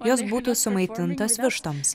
jos būtų sumaitintos vištoms